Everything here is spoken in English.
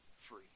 free